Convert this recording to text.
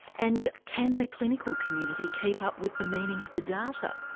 and can the clinical community keep up with the meaning of the data?